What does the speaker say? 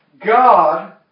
God